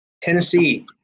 Tennessee